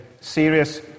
serious